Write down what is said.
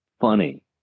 funny